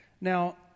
Now